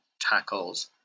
tackles